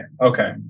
okay